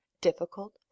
difficult